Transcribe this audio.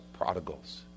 prodigals